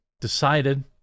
decided